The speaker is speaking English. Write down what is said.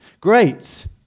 Great